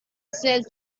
says